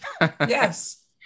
yes